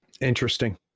Interesting